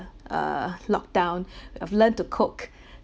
uh locked down I've learn to cook